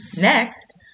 Next